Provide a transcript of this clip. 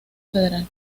federal